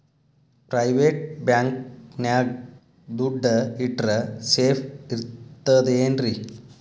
Private bank ನ್ಯಾಗ್ ದುಡ್ಡ ಇಟ್ರ ಸೇಫ್ ಇರ್ತದೇನ್ರಿ?